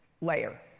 layer